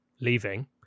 leaving